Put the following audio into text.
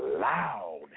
loud